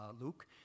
Luke